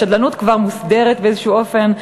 השדלנות כבר מוסדרת באיזשהו אופן,